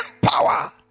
power